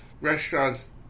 restaurants